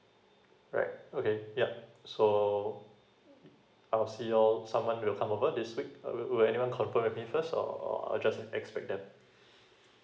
right okay yup so I'll see you all someone will come over this week will will anyone confirm with me first or or I just expect them